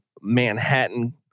Manhattan